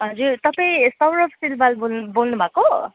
हजुर तपाईँ सौरभ सिलवाल बोल बोल्नुभएको